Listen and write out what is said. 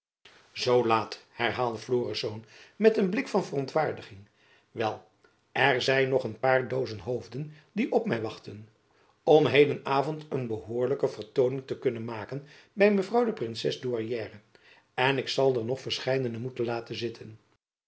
zoo laat herhaalde florisz met een blik van verontwaardiging wel er zijn nog een paar dozijn hoofden die op my wachten om heden avond een behoorlijke vertooning te kunnen maken by mevrouw de princes douairière en ik zal er nog verscheidenen moeten laten zitten